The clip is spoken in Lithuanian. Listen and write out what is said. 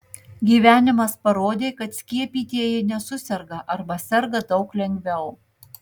gyvenimas parodė kad skiepytieji nesuserga arba serga daug lengviau